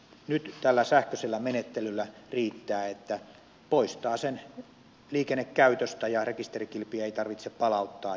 nyt tällä sähköisellä menettelyllä riittää että poistaa sen liikennekäytöstä ja rekisterikilpiä ei tarvitse palauttaa